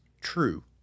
true